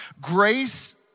Grace